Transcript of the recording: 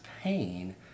pain